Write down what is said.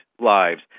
lives